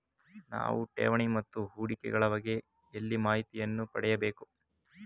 ನಾವು ಠೇವಣಿ ಮತ್ತು ಹೂಡಿಕೆ ಗಳ ಬಗ್ಗೆ ಎಲ್ಲಿ ಮಾಹಿತಿಯನ್ನು ಪಡೆಯಬೇಕು?